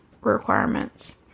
requirements